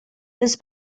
los